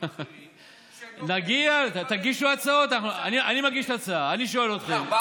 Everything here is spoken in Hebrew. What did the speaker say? הם רוצים להכתיב את אורח